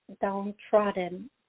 downtrodden